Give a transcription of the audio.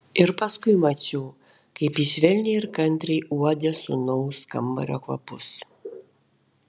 ir paskui mačiau kaip ji švelniai ir kantriai uodė sūnaus kambario kvapus